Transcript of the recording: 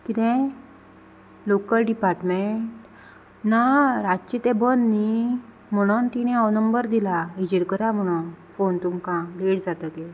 किदें local department ना रातचें तें बंद न्ही म्हणून तिणें हो नंबर दिला हाजेर करा म्हणून फोन तुमकां लेट जातगीर